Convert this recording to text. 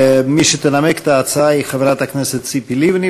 מי שתנמק את ההצעה היא חברת הכנסת ציפי לבני.